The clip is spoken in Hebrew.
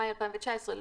במאי 2019,